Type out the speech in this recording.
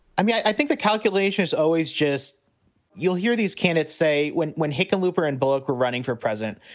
i mean, i think the calculation is always just you'll hear these candidates say when when hickenlooper and bullock were running for president,